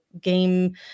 game